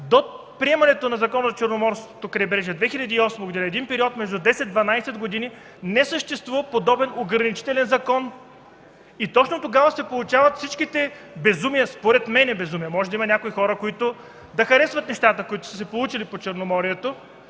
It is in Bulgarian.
до приемането на Закона за Черноморското крайбрежие – 2008 г., един период между 10-12 г. не съществува подобен ограничителен закон. Точно тогава се получават всички безумия. Според мен, безумия – може да има някои хора, които да харесват нещата, които са се получили по Черноморието,